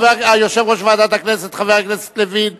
יושב-ראש ועדת הכנסת, חבר הכנסת לוין,